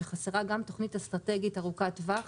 שחסרה גם תוכנית אסטרטגית ארוכת טווח.